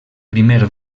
primer